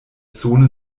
zone